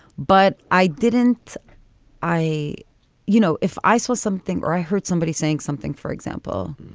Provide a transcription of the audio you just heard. but i didn't i you know, if i saw something or i heard somebody saying something, for example,